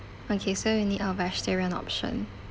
okay so you need a vegetarian option